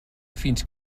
fins